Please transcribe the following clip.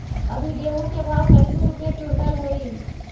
अभी गेहूं के भाव कैसे रूपये क्विंटल हई?